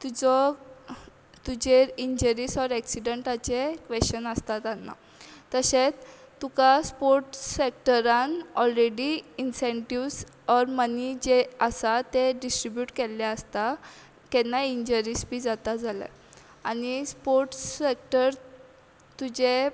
तुजो तुजेर injuries or एक्सिडंटाचे क्वॅश्शन आसता तान्ना तशेंत तुका स्पोर्ट्स सॅक्टरान ऑलरेडी इन्सँटिव्ज ऑर मनी जे आसा ते डिस्ट्रिब्यूट केल्ले आसता केन्नाय इंजरीस बी जाता जाल्यार आनी स्पोर्ट्स सॅक्टर तुजे